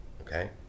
Okay